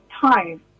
time